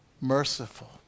Merciful